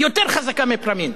היא יותר חזקה מ"פראמין",